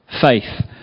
faith